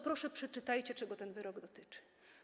Proszę, przeczytajcie, czego ten wyrok dotyczy.